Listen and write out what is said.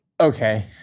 Okay